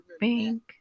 Bank